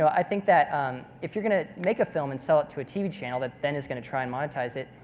i think that if you're going to make a film and sell it to a tv channel that then is going to try and monetize it,